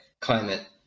climate